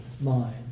mind